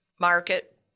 market